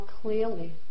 clearly